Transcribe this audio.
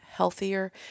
healthier